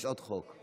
יש עוד שניים.